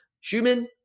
Schumann